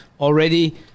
already